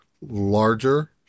larger